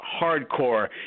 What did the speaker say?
hardcore